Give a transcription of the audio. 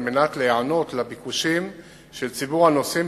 על מנת להיענות לביקושים של ציבור הנוסעים,